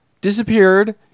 disappeared